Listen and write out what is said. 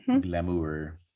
Glamour